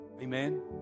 amen